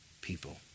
people